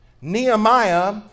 Nehemiah